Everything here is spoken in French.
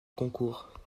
concours